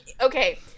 Okay